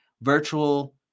Virtual